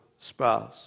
spouse